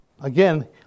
Again